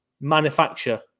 manufacture